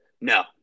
no